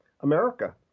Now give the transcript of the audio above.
America